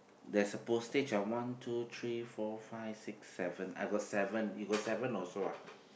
there's a postage of one two three four five six seven I got seven you got seven also ah